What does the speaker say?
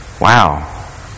Wow